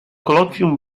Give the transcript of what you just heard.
kolokwium